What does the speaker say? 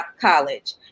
college